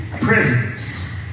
presence